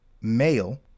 male